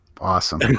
Awesome